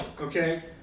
okay